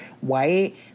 white